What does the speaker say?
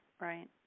right